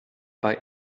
bei